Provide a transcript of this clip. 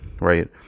right